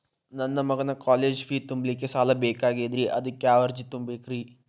ನನ್ನ ಮಗನ college fee ತುಂಬಲಿಕ್ಕೆ ಸಾಲ ಬೇಕಾಗೆದ್ರಿ ಅದಕ್ಯಾವ ಅರ್ಜಿ ತುಂಬೇಕ್ರಿ?